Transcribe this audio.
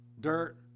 dirt